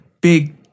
big